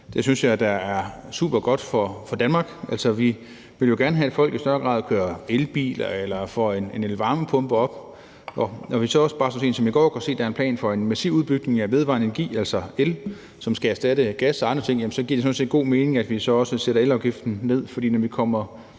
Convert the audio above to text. Det synes jeg er supergodt for Danmark. Altså, vi vil jo gerne have, at folk i højere grad kører i elbiler eller får sat varmepumper op. Og når vi så sent som i går kunne se, at der er en plan for en massiv udbygning af vedvarende energi, altså el, som skal erstatte gas og andre ting, så giver det sådan set god mening, at vi så også sætter elafgiften ned. For når vi kommer